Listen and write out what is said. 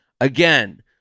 again